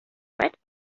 writes